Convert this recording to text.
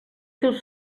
seus